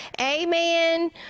Amen